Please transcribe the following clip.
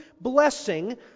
blessing